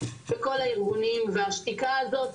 בכל הארגונים והשתיקה הזאת,